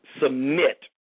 submit